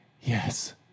Yes